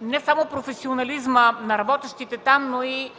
не само професионализма на работещите там, но и